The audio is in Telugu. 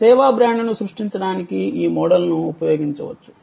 సేవా బ్రాండ్ను సృష్టించడానికి ఈ మోడల్ను ఉపయోగించవచ్చు